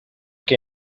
que